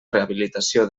rehabilitació